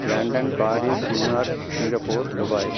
London Paris New York Singapore Dubai